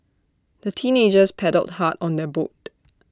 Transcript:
the teenagers paddled hard on their boat